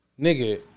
nigga